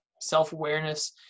self-awareness